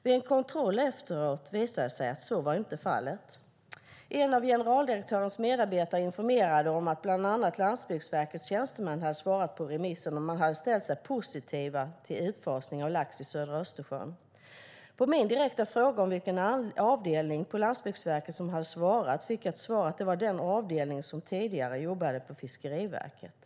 Vid en kontroll efteråt visade det sig att så inte var fallet. En av generaldirektörens medarbetare informerade om att bland annat Jordbruksverkets tjänstemän hade svarat på remissen och att man hade ställt sig positiv till utfasningen av lax i södra Östersjön. På min direkta fråga om vilken avdelning på Jordbruksverket som hade svarat fick jag till svar att det var den avdelning som tidigare jobbade på Fiskeriverket.